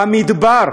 במדבר,